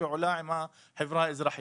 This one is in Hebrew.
פעולה עם החברה האזרחית.